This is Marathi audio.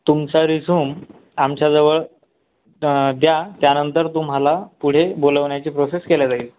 तुमचा रिझ्यूम आमच्या जवळ द्या त्यानंतर तुम्हाला पुढे बोलावण्याची प्रोसेस केली जाईल